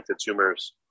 tumors